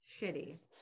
shitty